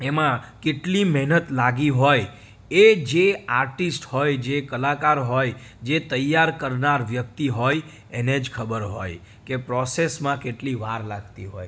એમાં કેટલી મેહનત લાગી હોય એ જે આર્ટિસ્ટ હોય જે કલાકાર હોય જે તૈયાર કરનાર વ્યક્તિ હોય એને જ ખબર હોય કે પ્રોસેસમાં કેટલી વાર લાગતી હોય